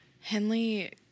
Henley